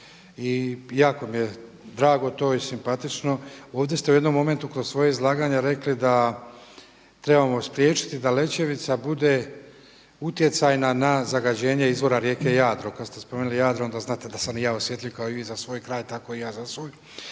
i jako mi je drago to i simpatično. Ovdje ste u jednom momentu kroz svoje izlaganje rekli da trebamo spriječiti da Lećevica bude utjecajna na zagađenje izvora rijeke Jadro. Kada ste spomenuli Jadro onda znate da sam i ja osjetljiv kao i vi za svoj kraj, tako i ja za svoj.